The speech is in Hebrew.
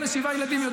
כאבא לשבעה ילדים,